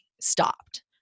stopped